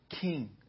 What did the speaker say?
king